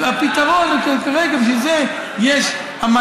גם לזה יש פתרון.